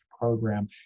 program